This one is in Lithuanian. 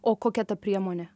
o kokia ta priemonė